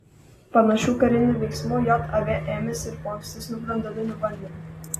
panašių karinių veiksmų jav ėmėsi ir po ankstesnių branduolinių bandymų